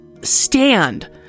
stand